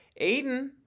Aiden